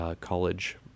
College